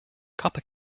copper